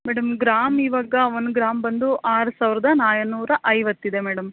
madam gram ಇವಾಗ one gram ಬಂದು ಆರು ಸಾವಿರದ ನಾನೂರ ಐವತ್ತು ಇದೆ ಮೇಡಮ್